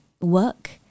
work